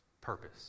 purpose